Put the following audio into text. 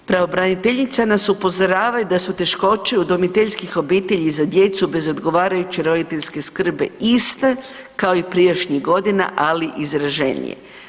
Pravobraniteljica nas upozorava i da su teškoće udomiteljskih obitelji i za djecu bez odgovarajuće roditeljske skrbi iste kao i prijašnjih godina, ali izraženije.